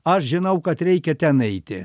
aš žinau kad reikia ten eiti